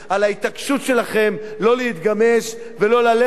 על ההתעקשות שלכם שלא להתגמש ולא ללכת